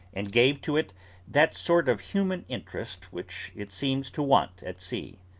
and gave to it that sort of human interest which it seems to want at sea.